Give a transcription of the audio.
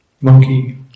Monkey